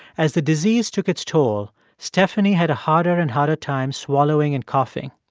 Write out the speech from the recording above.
as the disease took its toll, stephanie had a harder and harder time swallowing and coughing.